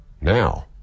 now